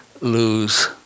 lose